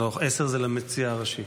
עשר זה למציע הראשי.